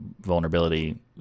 vulnerability